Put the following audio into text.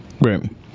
right